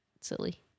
silly